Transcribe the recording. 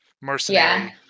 mercenary